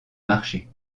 marché